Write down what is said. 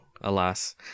Alas